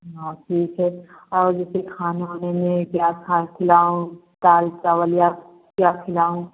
हाँ ठीक है और जैसे खाने में क्या खाएँ खिलाऊँ दाल चावल या क्या खिलाऊँ